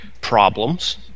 problems